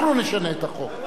אנחנו נשנה את החוק.